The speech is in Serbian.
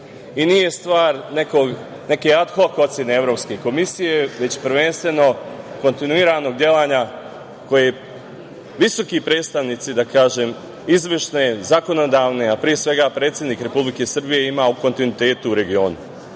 I nije stvar neke ad hok ocene Evropske komisije, već prvenstveno kontinuiranog delovanja koje visoki predstavnici, da kažem, izvršne, zakonodavne, a pre svega, predsednik Republike Srbije, ima u kontinuitetu u regionu.S